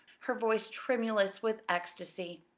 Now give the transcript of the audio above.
her voice tremulous with ecstasy.